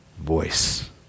voice